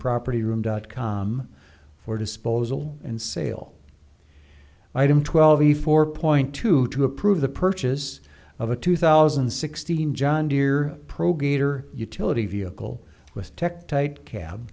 property room dot com for disposal and sale item twelve a four point two to approve the purchase of a two thousand and sixteen john deere pro gator utility vehicle with tech t